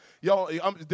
Y'all